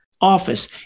office